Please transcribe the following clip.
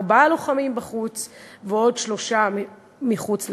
ארבעה לוחמים בחוץ ועוד שלושה מחוץ לרכב.